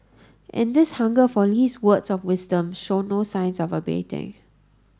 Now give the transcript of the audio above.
and this hunger for Lee's words of wisdom show no signs of abating